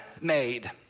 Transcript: made